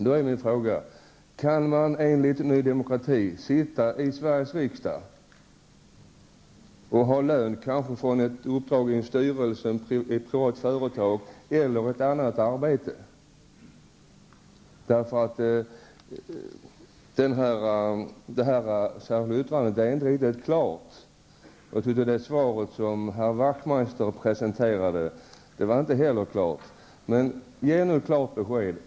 Då är min fråga: Kan man enligt Ny Demokrati vara ledamot i Sveriges riksdag men också ha lön från t.ex. ett uppdrag i en styrelse i ett privat företag eller från ett annat arbete? Det särskilda yttrandet är inte riktigt klart. Det svar Ian Wachtmeister presenterade var inte heller klart. Ge nu klart besked.